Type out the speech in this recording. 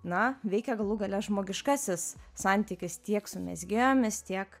na veikia galų gale žmogiškasis santykis tiek su mezgėjomis tiek